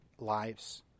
Lives